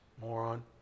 moron